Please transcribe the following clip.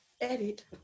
Edit